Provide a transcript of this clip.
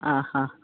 ആ ഹാ